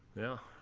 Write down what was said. yeah,